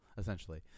essentially